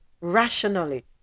Rationally